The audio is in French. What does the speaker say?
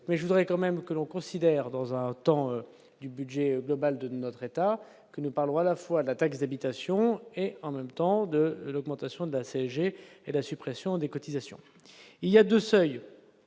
mais je voudrais quand même que l'on considère dans un temps du budget global de notre État que nous parlons à la fois la taxe d'habitation et en même temps de l'augmentation de la CSG et la suppression des cotisations, il y a 2 seuils